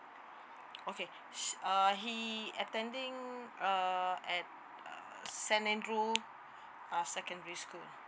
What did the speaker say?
okay s~ uh he attending err at saint andrew uh secondary school